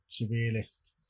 surrealist